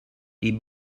die